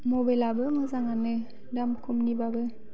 मबाइलआबो मोजाङानो दाम खमनिबाबो